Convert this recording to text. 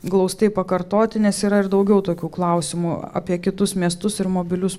glaustai pakartoti nes yra ir daugiau tokių klausimų apie kitus miestus ir mobilius